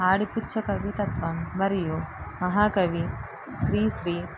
ఆడిపుచ్చ కవిత్వం మరియు మహాకవి శ్రీశ్రీ